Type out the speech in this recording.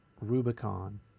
Rubicon